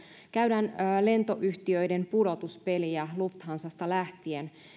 käydään lentoyhtiöiden pudotuspeliä lufthansasta lähtien